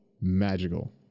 magical